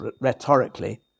rhetorically